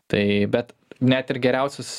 tai bet net ir geriausius